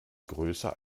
größer